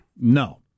No